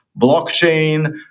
blockchain